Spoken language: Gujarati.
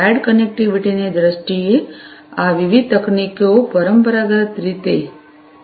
વાયર્ડ કનેક્ટિવિટીની દ્રષ્ટિએ આ વિવિધ તકનીકીઓ પરંપરાગત રીતે છે